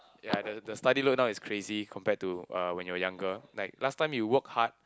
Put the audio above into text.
ya the the study load now is crazy compared to uh when you are younger like last time you work hard